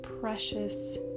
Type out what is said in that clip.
precious